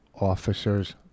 officers